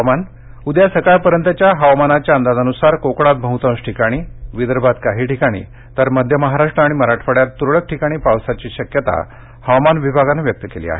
हवामानः उद्या सकाळपर्यंतच्या हवामानाच्या अंदाजानुसार कोकणात बहतांश ठिकाणी विदर्भात काही ठिकाणी तर मध्य महाराष्ट्र आणि मराठवाड्यात त्रळक ठिकाणी पावसाची शक्यता हवामान विभागानं व्यक्त केली आहे